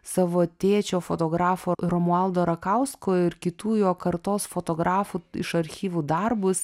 savo tėčio fotografo romualdo rakausko ir kitų jo kartos fotografų iš archyvų darbus